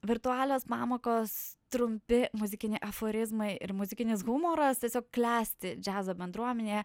virtualios pamokos trumpi muzikiniai aforizmai ir muzikinis humoras tiesiog klesti džiazo bendruomenėje